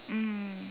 mm